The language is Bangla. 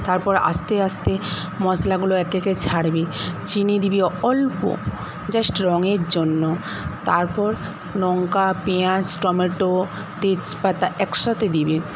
তারপর আস্তে আস্তে মসলাগুলো একে একে ছাড়বি চিনি দিবি অল্প জাস্ট রঙ্গের জন্য তারপর লঙ্কা পেয়াঁজ টম্যাটো তেজপাতা একসাথে দিবি